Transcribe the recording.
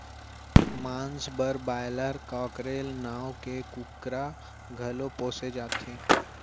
मांस बर broiler, cockerel नांव के कुकरा घलौ पोसे जाथे